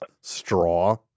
Straw